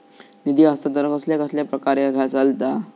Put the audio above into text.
निधी हस्तांतरण कसल्या कसल्या प्रकारे चलता?